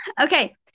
Okay